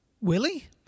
Willie